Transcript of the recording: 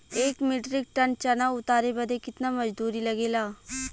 एक metric ton चना उतारे बदे कितना मजदूरी लगे ला?